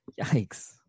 Yikes